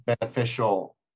beneficial